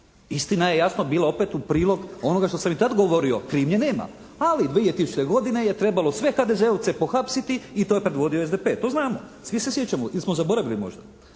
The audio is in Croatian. Istina je jasno bila opet u prilog onoga što sam i tad govorio – krivnje nema. Ali, 2000. godine je trebalo sve HDZ-ovce pohapsiti i to je predvodio SDP. To znamo. Svi se sjećamo ili smo zaboravili možda?